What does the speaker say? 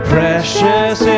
Precious